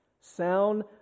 Sound